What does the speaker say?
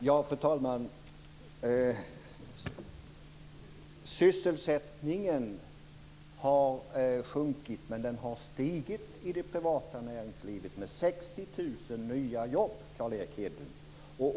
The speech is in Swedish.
Fru talman! Sysselsättningen har sjunkit, men den har stigit i det privata näringslivet med 60 000 nya jobb, Carl Erik Hedlund.